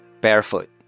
barefoot